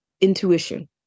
intuition